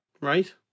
Right